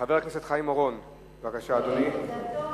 חבר הכנסת חיים אורון, בבקשה, אדוני.